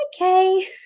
Okay